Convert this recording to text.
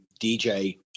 DJ